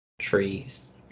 Trees